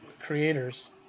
creators